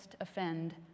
offend